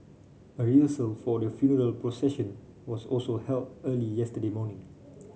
a rehearsal for the funeral procession was also held early yesterday morning